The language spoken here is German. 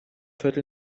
viertel